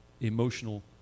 emotional